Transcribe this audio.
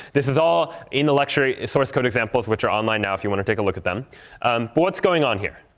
this is all in the lecture source code examples, which are online now if you want to take a look at them. but what's going on here?